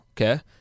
Okay